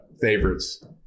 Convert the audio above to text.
favorites